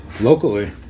locally